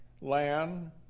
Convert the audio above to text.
land